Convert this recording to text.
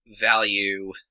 value